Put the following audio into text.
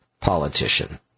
politician